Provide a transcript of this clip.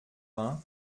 vingt